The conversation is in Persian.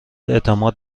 اعتماد